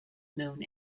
known